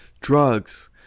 drugs